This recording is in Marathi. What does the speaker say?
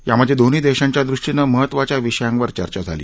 यामधे दोन्ही देशांच्या दृष्टीनं महत्त्वाच्या विषयांवर चर्चा झाली